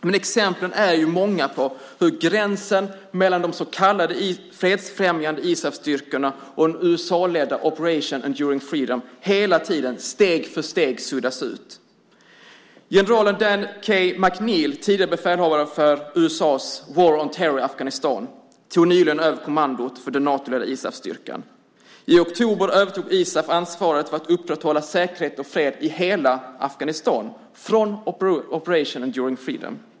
Men exemplen är många på hur gränsen mellan de så kallade fredsfrämjande ISAF-styrkorna och den USA-ledda Operation Enduring Freedom hela tiden steg för steg suddas ut. Generalen Dan K. McNeill, tidigare befälhavare för USA:s War on Terror i Afghanistan, tog nyligen över kommandot för den Natoledda ISAF-styrkan. I oktober övertog ISAF ansvaret för att upprätthålla säkerhet och fred i hela Afghanistan från Operation Enduring Freedom.